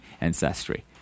ancestry